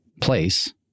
place